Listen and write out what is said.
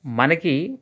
మనకి